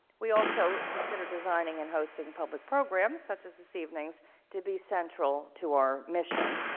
we also consider designing and hosting public programs such as this evening's to be central to our mission.